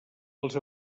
els